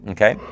Okay